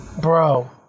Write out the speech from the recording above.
Bro